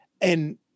And-